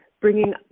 bringing